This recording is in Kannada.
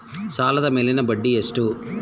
ಸಾಲದ ಮೇಲಿನ ಬಡ್ಡಿ ಎಷ್ಟು?